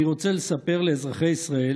אני רוצה לספר לאזרחי ישראל